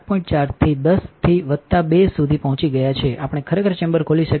4 થી 10 થી વત્તા 2 સુધી પહોંચી ગયા છે આપણે ખરેખર ચેમ્બર ખોલી શકીએ છીએ